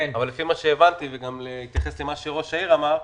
לפי מה שהבנתי וגם בהתייחס למה שראש העיר אמר,